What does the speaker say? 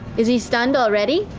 is he stunned already?